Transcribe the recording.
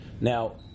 Now